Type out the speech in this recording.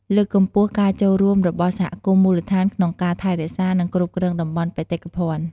លើកកម្ពស់ការចូលរួមរបស់សហគមន៍មូលដ្ឋានក្នុងការថែរក្សា និងគ្រប់គ្រងតំបន់បេតិកភណ្ឌ។